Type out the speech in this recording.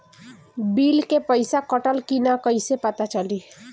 Bill के पइसा कटल कि न कइसे पता चलि?